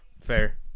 Fair